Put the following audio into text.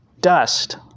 dust